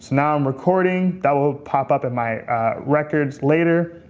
now, i'm recording. that will pop up in my records later,